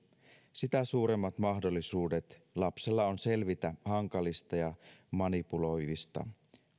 sitä suuremmat mahdollisuudet lapsella on selvitä hankalista ja manipuloivista